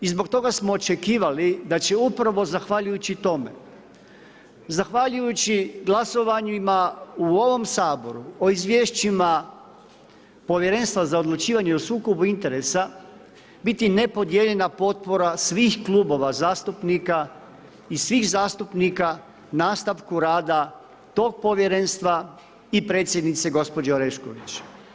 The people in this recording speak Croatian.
I zbog toga smo očekivali da će upravo zahvaljujući tome, zahvaljujući glasovanjima u ovom Saboru, o izvješćima Povjerenstva za odlučivanje o sukobu interesa biti nepodijeljena potpora svih klubova zastupnika i svih zastupnika nastavku rada tog povjerenstva i predsjednice gospođe Orešković.